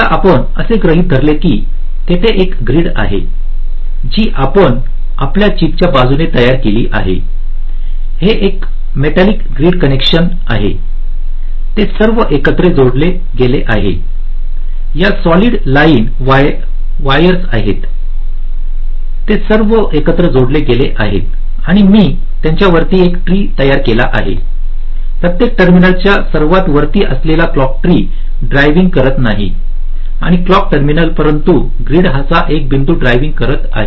आत्ता आपण असे गृहीत धरले आहे की तेथे एक ग्रीड आहे जी आपण आपल्या चिपच्या बाजूने तयार केली आहे हे एक मेटलिक ग्रीडकनेक्शन आहे ते सर्व एकत्र जोडले गेले आहेत या सॉलिड लाईन वायरस आहेत ते सर्व एकत्र जोडले गेले आहेत आणि मी त्याच्यावरती एक ट्री तयार केली आहे प्रत्येक टर्मिनलच्या सर्वात वरती असलेली क्लॉक ट्री ड्रायव्हिंग करत नाही किंवा क्लॉक टर्मिनल परंतु ग्रीड चा एक बिंदू ड्रायव्हिंग करत आहे